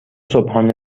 صبحانه